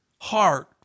heart